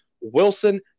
Wilson